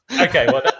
okay